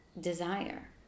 Desire